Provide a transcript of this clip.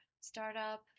startup